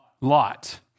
Lot